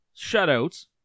shutouts